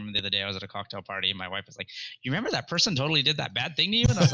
um the the day i was at a cocktail party. and my wife is like you remember that person totally did that bad thing to you and i was